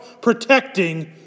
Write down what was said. protecting